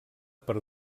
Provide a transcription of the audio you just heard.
per